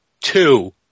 two